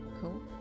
Cool